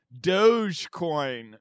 Dogecoin